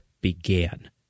began